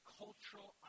cultural